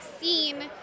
scene